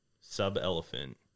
sub-elephant